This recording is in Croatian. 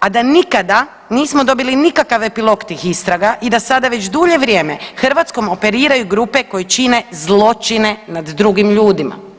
a da nikada nismo dobili nikakav epilog tih istraga i da sada već dulje vrijeme Hrvatskom operiraju grupe koje čine zločine nad drugim ljudima.